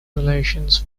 relations